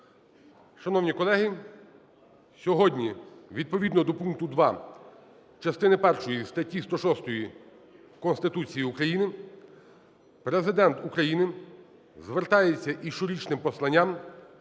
Шановні колеги, сьогодні відповідно до пункту 2 частини першої статті 106 Конституції України Президент України звертається із щорічним посланням